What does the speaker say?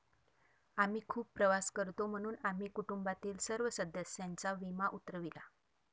आम्ही खूप प्रवास करतो म्हणून आम्ही कुटुंबातील सर्व सदस्यांचा विमा उतरविला